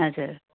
हजुर